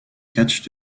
catch